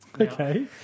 Okay